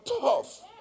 tough